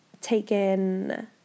taken